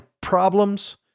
problems